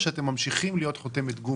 או שאתם ממשיכים להיות חותמת גומי?